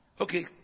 Okay